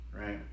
right